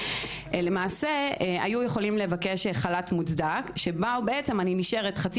אפשר היה לקבל חל"ת מוצדק שבו אני נשארת חצי